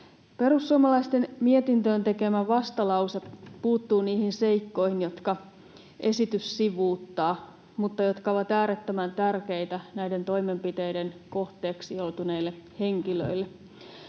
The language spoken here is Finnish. Perussuomalaisten mietintöön tekemä vastalause puuttuu niihin seikkoihin, jotka esitys sivuuttaa mutta jotka ovat äärettömän tärkeitä näiden toimenpiteiden kohteeksi joutuneille henkilöille.